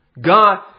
God